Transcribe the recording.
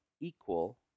equal